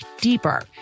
deeper